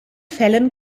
fällen